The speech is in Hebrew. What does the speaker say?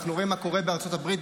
אנחנו רואים מה קורה בארצות הברית,